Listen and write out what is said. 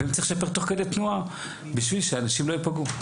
האם צריך לשפר תוך כדי תנועה בשביל שאנשים לא יפגעו?